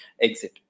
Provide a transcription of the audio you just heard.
exit